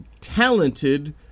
talented